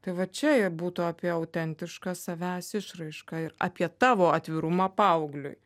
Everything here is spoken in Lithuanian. tai va čia ir būtų apie autentišką savęs išraišką ir apie tavo atvirumą paaugliui